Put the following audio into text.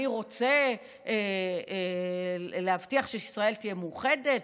אני רוצה להבטיח שישראל תהיה מאוחדת,